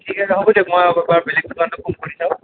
ঠিক আছে হ'ব দিয়ক মই বাৰু বেলেগ দোকানকো ফোন কৰি চাওঁ